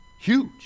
Huge